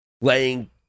laying